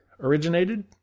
originated